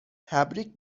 تبریک